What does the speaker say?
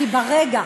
ולכן